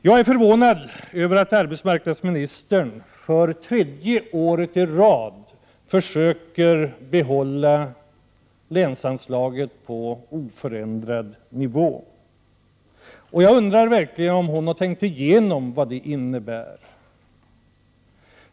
Jag är förvånad över att arbetsmarknadsministern för tredje året i rad försöker behålla länsanslaget på oförändrad nivå. Jag undrar om hon verkligen har tänkt igenom vad det innebär.